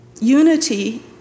Unity